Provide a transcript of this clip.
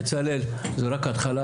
בצלאל זה רק ההתחלה,